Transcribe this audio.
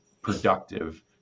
productive